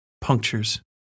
punctures